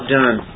done